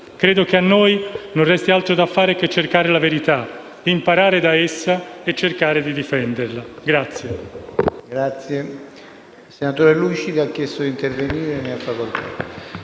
Credo che a noi non resti altro da fare che cercare la verità, imparare da essa e cercare di difenderla.